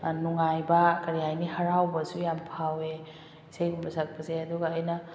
ꯅꯨꯡꯉꯥꯏꯕ ꯀꯔꯤ ꯍꯥꯏꯅꯤ ꯍꯔꯥꯎꯕꯁꯨ ꯌꯥꯝ ꯐꯥꯎꯋꯦ ꯏꯁꯩꯒꯨꯝꯕ ꯁꯛꯄꯁꯦ ꯑꯗꯨꯒ ꯑꯩꯅ